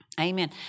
Amen